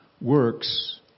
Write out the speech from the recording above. works